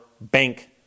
bank